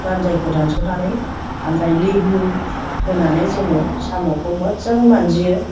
लान्जायखौ दानस'नानै ओमफ्राय लेबु होनानै जोङो साम'खौ मोजाङै मान्जियो